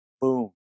Boom